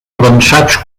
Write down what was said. avançats